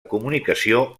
comunicació